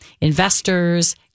investors